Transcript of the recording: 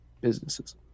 businesses